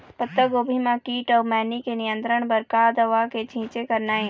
पत्तागोभी म कीट अऊ मैनी के नियंत्रण बर का दवा के छींचे करना ये?